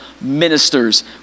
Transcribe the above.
ministers